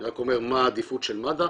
אני רק אומר מה העדיפות של מד"א.